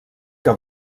que